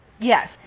Yes